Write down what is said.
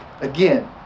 Again